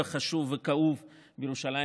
חשוב וכאוב בירושלים,